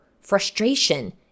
frustration